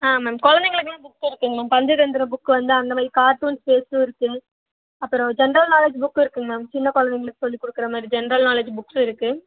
ஆ ma'am குழந்தைங்களுக்கெல்லாம் books இருக்குங்க ma'am Panchatantra book வந்து அந்தமாதிரி கார்ட்டூன்ஸ் இருக்குது அப்புறம் ஜென்ரல் நாலேஜ் புக்கும் இருக்குங்க மேம் சின்ன குழந்தைங்களுக்கு சொல்லி கொடுக்கறமாதிரி ஜென்ரல் நாலேஜ் புக்ஸு இருக்குது